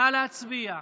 נא להצביע.